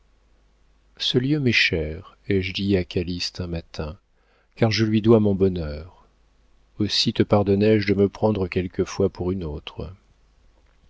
ce lieu m'est cher ai-je dit à calyste un matin car je lui dois mon bonheur aussi te pardonné je de me prendre quelquefois pour une autre